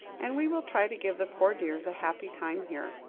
and we will try to give the poor dears a happy time here.